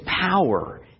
power